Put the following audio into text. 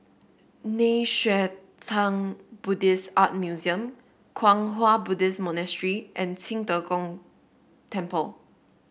Nei Xue Tang Buddhist Art Museum Kwang Hua Buddhist Monastery and Qing De Gong Temple